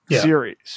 series